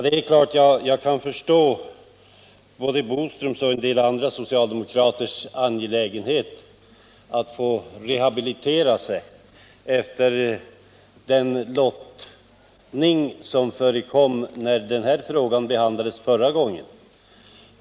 Det är klart att jag kan förstå att såväl herr Boström som en del andra socialdemokrater är angelägna om att få rehabilitera sig efter den lottning som föregick det förra beslutet i denna fråga.